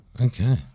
Okay